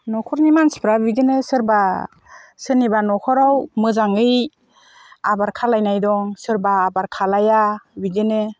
न'खरनि मानसिफ्रा बिदिनो सोरबा सोरनिबा न'खराव मोजाङै आबाद खालामनाय दं सोरबा आबाद खालाया बिदिनो